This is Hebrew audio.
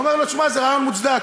אומר לו: תשמע, זה רעיון מוצדק.